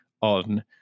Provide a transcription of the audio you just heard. on